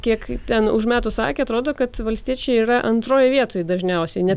kiek ten užmetus akį atrodo kad valstiečiai yra antroj vietoj dažniausiai ne